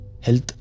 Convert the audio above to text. health